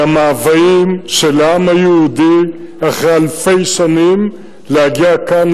היא המאוויים של העם היהודי אחרי אלפי שנים להגיע לכאן,